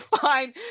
fine